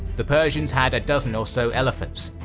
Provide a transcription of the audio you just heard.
the persians had a dozen or so elephants,